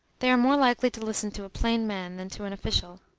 they are more likely to listen to a plain man than to an official.